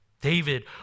David